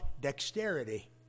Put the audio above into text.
dexterity